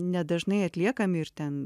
nedažnai atliekami ir ten